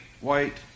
white